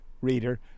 reader